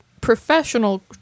professional